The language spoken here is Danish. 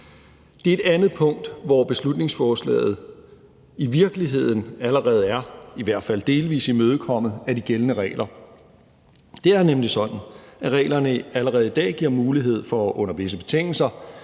Det er et andet punkt, hvor beslutningsforslaget i virkeligheden allerede er i hvert fald delvis imødekommet af de gældende regler. Det er nemlig sådan, at reglerne allerede i dag giver mulighed for under visse betingelser